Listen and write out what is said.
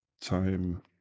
time